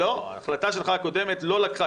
החלטה שלך הקודמת לא לקחה,